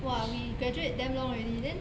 !wah! we graduate damn long already then